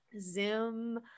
Zoom